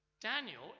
Daniel